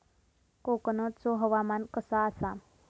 कोकनचो हवामान कसा आसा?